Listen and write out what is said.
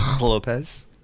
Lopez